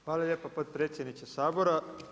Hvala lijepa potpredsjedniče Sabora.